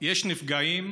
יש נפגעים,